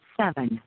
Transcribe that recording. seven